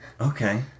okay